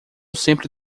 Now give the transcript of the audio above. sempre